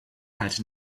had